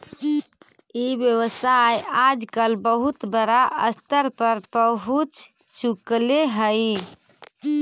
ई व्यवसाय आजकल बहुत बड़ा स्तर पर पहुँच चुकले हइ